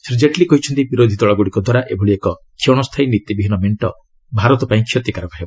ଶ୍ରୀ ଜେଟ୍ଲୀ କହିଛନ୍ତି ବିରୋଧୀଦଳ ଗୁଡ଼ିକ ଦ୍ୱାରା ଏଭଳି ଏକ କ୍ଷଣସ୍ଥାୟୀ ନୀତିବିହୀନ ମେଣ୍ଟ ଭାରତ ପାଇଁ କ୍ଷତିକାରକ ହେବ